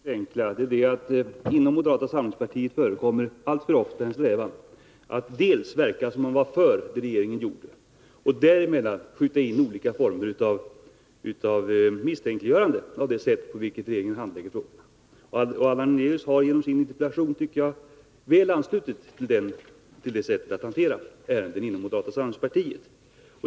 Herr talman! Mitt skäl är mycket enkelt. Inom moderata samlingspartiet förekommer allför ofta en strävan att dels verka som om man är för det som regeringen gör, dels däremellan söka misstänkliggöra det sätt på vilket regeringen handlägger frågorna. Jag tycker att Allan Hernelius genom sin interpellation väl anslutit sig till det sättet att hantera ärenden inom moderata samlingspartiet.